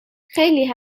خیلی